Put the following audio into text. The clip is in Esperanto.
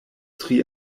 tri